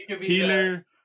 healer